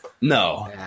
No